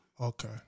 Okay